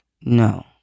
No